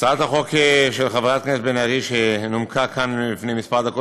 הצעת החוק של חברת הכנסת בן ארי שנומקה כאן לפני כמה דקות